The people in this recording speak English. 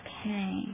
Okay